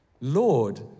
Lord